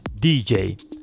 DJ